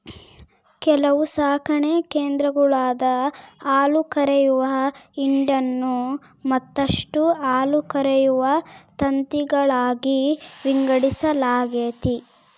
ಕೆಲವು ಸಾಕಣೆ ಕೇಂದ್ರಗುಳಾಗ ಹಾಲುಕರೆಯುವ ಹಿಂಡನ್ನು ಮತ್ತಷ್ಟು ಹಾಲುಕರೆಯುವ ತಂತಿಗಳಾಗಿ ವಿಂಗಡಿಸಲಾಗೆತೆ